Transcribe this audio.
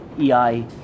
EI